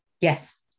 yes